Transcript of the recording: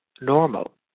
normal